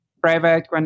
private